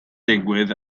digwydd